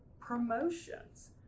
promotions